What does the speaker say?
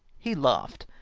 he laughed,